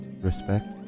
Respect